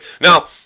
Now